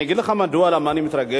אני אגיד לך מדוע, למה אני מתרגש.